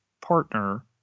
partner